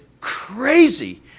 crazy